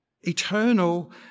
eternal